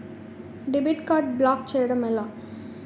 Debit card block చేయటం ఎలా?